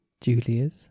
julia's